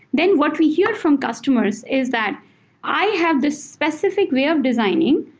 then what we hear from customers is that i have the specific way of designing.